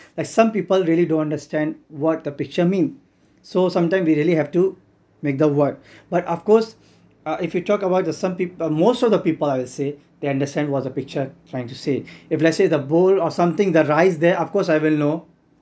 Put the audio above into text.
like some people really don't understand what the picture mean so sometime we really have to make the word but of course if you talk about some people most of the people I would say they understand what the picture is trying to say if let's say the bowl or something the rice there of course I will know